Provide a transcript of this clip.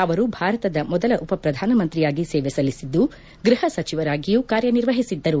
ಅವರು ಭಾರತದ ಮೊದಲ ಉಪ ಪ್ರಧಾನಮಂತ್ರಿಯಾಗಿ ಸೇವೆ ಸಲ್ಲಿಸಿದ್ದು ಗೃಹ ಸಚಿವರಾಗಿಯೂ ಕಾರ್ಯ ನಿರ್ವಹಿಸಿದ್ದರು